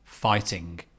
fighting